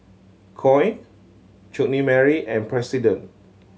Koi Chutney Mary and President